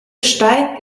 steig